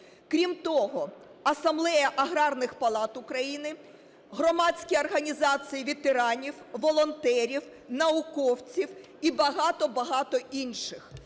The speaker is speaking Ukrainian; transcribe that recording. Крім того, "Асамблея аграрних палат України", громадські організації ветеранів, волонтерів, науковців і багато інших.